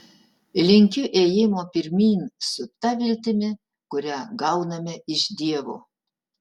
linkiu ėjimo pirmyn su ta viltimi kurią gauname iš dievo